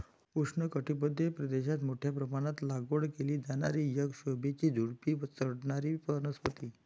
उष्णकटिबंधीय प्रदेशात मोठ्या प्रमाणात लागवड केली जाणारी एक शोभेची झुडुपी चढणारी वनस्पती